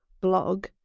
blog